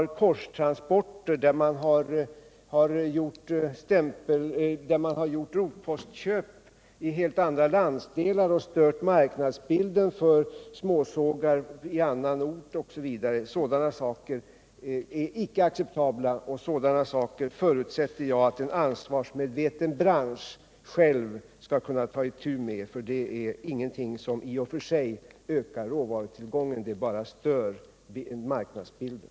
Korstransporter och rotpostköp i helt andra landsdelar, som stör marknadsbilden för småsågar i annan ort, är icke acceptabla. Sådana orimligheter förutsätter jag att en ansvarsmedveten bransch själv skall kunna ta itu med — det är ingenting som i och för sig ökar råvarutillgången; det bara stör marknadsbilden.